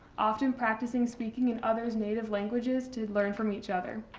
often practicing speaking in other's native languages to learn from each other.